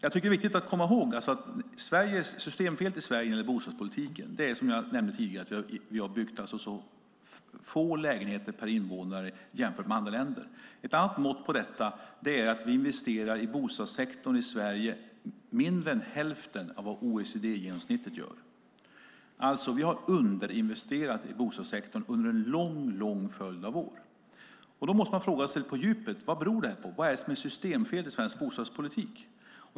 Det är viktigt att komma ihåg att systemfelet med bostadspolitiken i Sverige är, som jag nämnde tidigare, att vi har byggt så få lägenheter per invånare jämfört med andra länder. Ett annat mått på detta är att vi investerar i bostadssektorn i Sverige mindre än hälften av vad OECD-genomsnittet gör. Vi har alltså underinvesterat i bostadssektorn under en lång följd av år. Då måste man fråga sig på djupet: Vad beror det här på? Vad är systemfelet i svensk bostadspolitik?